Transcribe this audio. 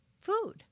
food